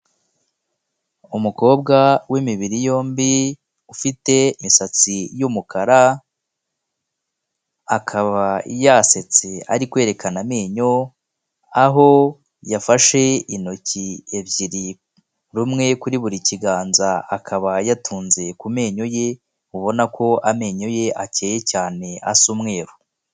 Umukobwa w'imibiri yombi ufite imisatsi y'umukara, akaba yasetse ari kwerekana amenyo, aho yafashe intoki ebyiri, rumwe kuri buri kiganza akaba yatunze ku menyo ye, ubona ko amenyo ye akeye cyane asa umweru.